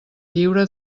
lliure